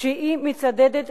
שהיא מצדדת